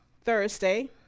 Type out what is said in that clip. Thursday